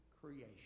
creation